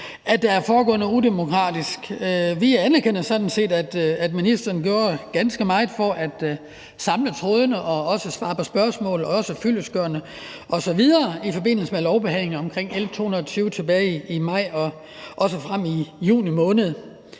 at der er foregået noget udemokratisk. Vi anerkender sådan set, at ministeren gjorde ganske meget for at samle trådene og også svare fyldestgørende på spørgsmål osv. i forbindelse med lovbehandlingen af L 220 tilbage i maj og frem i juni måned.